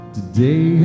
Today